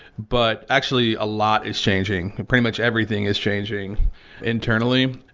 but actually a lot is changing. pretty much everything is changing internally.